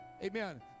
amen